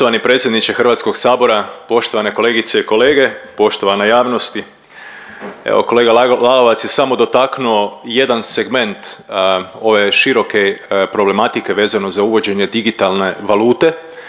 Poštovani predsjedniče Hrvatskog sabora, poštovane kolegice i kolege, poštovana javnosti. Evo kolega Lalovac je samo dotaknuo jedan segment ove široke problematike vezano za uvođenje digitalne valute